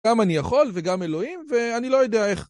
גם אני יכול וגם אלוהים ואני לא יודע איך.